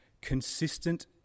consistent